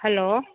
hello